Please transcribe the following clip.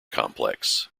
complex